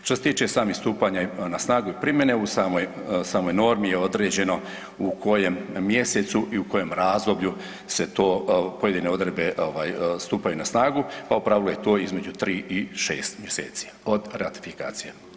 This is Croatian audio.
Što se tiče samih stupanja na snagu i primjene u samoj normi je određeno u kojem mjesecu i u kojem razdoblju se to pojedine odredbe stupaju na snagu, pa u pravilu je to između tri i šest mjeseci od ratifikacije.